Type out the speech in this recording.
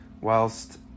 whilst